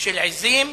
של עזים,